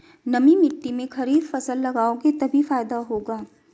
नमी मिट्टी में खरीफ फसल लगाओगे तभी फायदा होगा